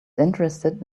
interested